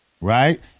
right